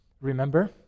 Remember